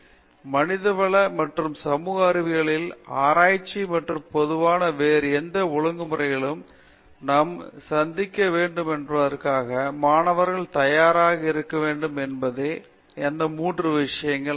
பேராசிரியர் ராஜேஷ் குமார் எனவே மனிதவள மற்றும் சமூக அறிவியல்களில் ஆராய்ச்சி மற்றும் பொதுவான வேறு எந்த ஒழுங்குமுறையிலும் நாம் சிந்திக்க வேண்டுமென்பதற்காக மாணவர்கள் தயாராக இருக்க வேண்டும் என்பதே இந்த மூன்று விஷயங்கள்